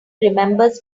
remembers